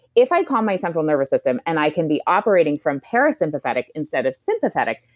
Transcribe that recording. if i call my central nervous system and i can be operating from parasympathetic instead of sympathetic,